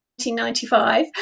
1995